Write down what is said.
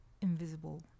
invisible